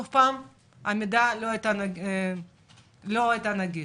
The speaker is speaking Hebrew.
המידע לא היה נגיש.